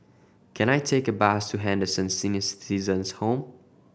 can I take a bus to Henderson Senior Citizens' Home